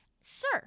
sir